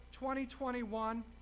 2021